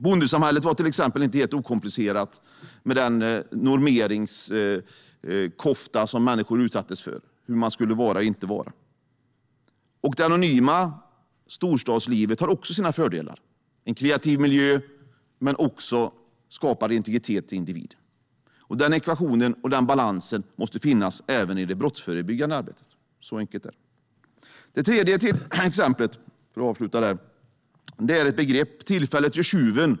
Bondesamhället, till exempel, var inte helt okomplicerat med den normeringskofta som människor utsattes för när det gäller hur man skulle vara och inte vara. Det anonyma storstadslivet har också sina fördelar. Det är en kreativ miljö, och det skapar också integritet för individen. Denna ekvation och denna balans måste finnas även i det brottsförebyggande arbetet. Så enkelt är det. Jag ska avsluta med det tredje exemplet. Det är ett begrepp: Tillfället gör tjuven.